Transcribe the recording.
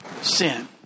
sin